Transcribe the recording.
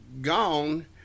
gone